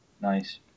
Nice